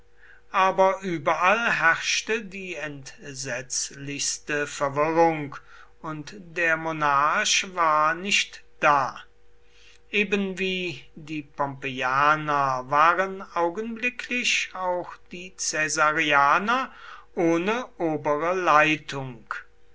aber überall herrschte die entsetzlichste verwirrung und der monarch war nicht da ebenwie die pompeianer waren augenblicklich auch die caesarianer ohne obere leitung